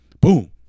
Boom